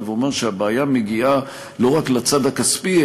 ואומר שהבעיה מגיעה לא רק לצד הכספי,